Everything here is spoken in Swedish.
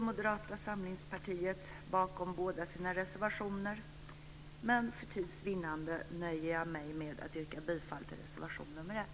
Moderata samlingspartiet står bakom båda sina reservationer, men för tids vinnande nöjer jag mig med att yrka bifall till reservation nr 1.